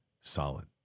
solid